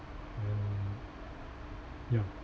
and ya